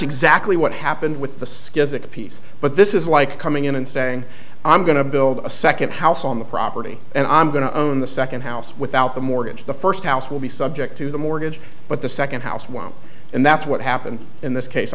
exactly what happened with the skills it piece but this is like coming in and saying i'm going to build a second house on the property and i'm going to own the second house without the mortgage the first house will be subject to the mortgage but the second house won't and that's what happened in this case